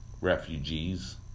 refugees